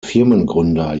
firmengründer